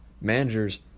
Managers